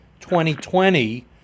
2020